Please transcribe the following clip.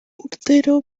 urtero